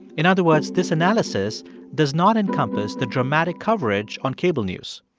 in other words, this analysis does not encompass the dramatic coverage on cable news,